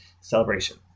celebration